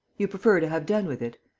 you prefer to have done with it?